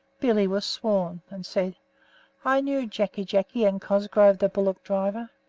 billy was sworn, and said i knew jacky jacky and cosgrove, the bullock driver.